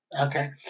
okay